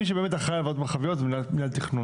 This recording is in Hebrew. מי שבאמת אחראי על ועדות מרחביות הוא מינהל התכנון.